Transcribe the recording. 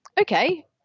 okay